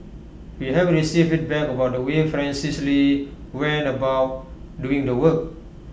we have received feedback about the way Francis lee went about doing the work